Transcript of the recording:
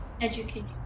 education